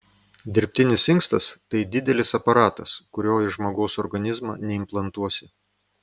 dirbtinis inkstas tai didelis aparatas kurio į žmogaus organizmą neimplantuosi